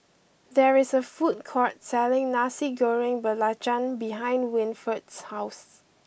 there is a food court selling Nasi Goreng Belacan behind Winford's house